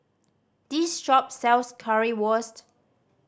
this shop sells Currywurst